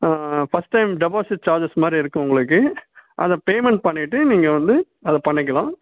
first time deposit charges மாதிரி இருக்கும் உங்களுக்கு அந்த பேமெண்ட் பண்ணிவிட்டு நீங்கள் வந்து அதை பண்ணிக்கலாம்